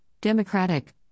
democratic